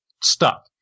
stuck